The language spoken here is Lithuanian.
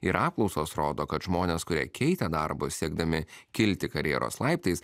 ir apklausos rodo kad žmonės kurie keitė darbus siekdami kilti karjeros laiptais